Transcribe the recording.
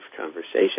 conversation